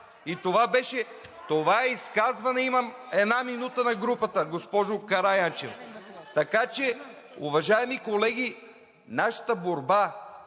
Това е изказване, имам една минута на групата, госпожо Караянчева. Така че, уважаеми колеги, нашата борба